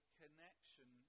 connection